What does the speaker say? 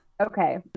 Okay